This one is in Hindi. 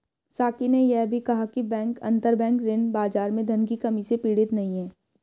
साकी ने यह भी कहा कि बैंक अंतरबैंक ऋण बाजार में धन की कमी से पीड़ित नहीं हैं